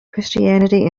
christianity